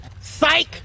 Psych